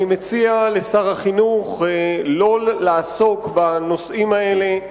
אני מציע לשר החינוך לא לעסוק בנושאים האלה.